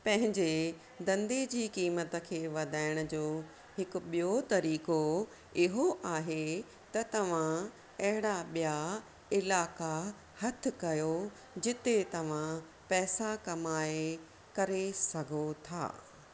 पंहिंजे धंधे जी क़ीमत खे वधाइण जो हिकु ॿियो तरीक़ो इहो आहे त तव्हां अहिड़ा ॿिया इलाइक़ा हथु कयो जिते तव्हां पैसा कमाए करे सघो था